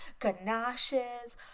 ganaches